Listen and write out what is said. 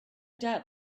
doubt